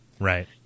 Right